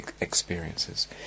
experiences